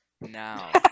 Now